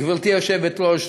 גברתי היושבת-ראש,